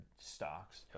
stocks